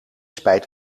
spijt